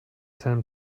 seinem